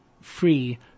free